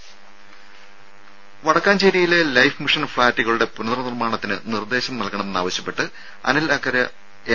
ും വടക്കാഞ്ചേരിയിലെ life mission ഫ്ലാറ്റുകളുടെ പുനർ നിർമ്മാണത്തിന് നിർദ്ദേശം നൽകണമെന്നാവശ്യപ്പെട്ട് അനിൽ അക്കര എം